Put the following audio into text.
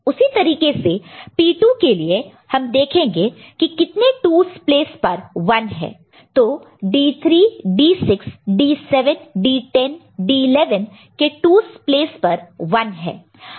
उसी तरीके से P2 के लिए हम देखेंगे की कितने 2's प्लेस पर 1 है तो D3 D6 D7 D10 D11 के 2's प्लेस पर 1 है